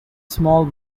small